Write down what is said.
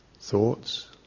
thoughts